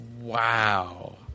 Wow